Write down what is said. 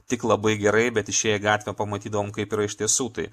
tik labai gerai bet išėję į gatvę pamatydavom kaip yra iš tiesų tai